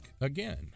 again